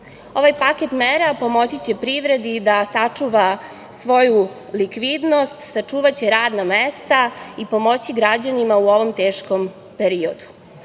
Ovaj paket mera pomoći će privredi da sačuva svoju likvidnost, sačuvaće radna mesta i pomoći građanima u ovom teškom periodu.